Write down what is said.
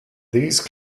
these